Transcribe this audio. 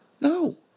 No